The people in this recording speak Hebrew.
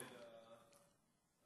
כולל הבין-עירוני?